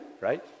right